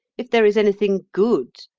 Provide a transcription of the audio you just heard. if there is anything good,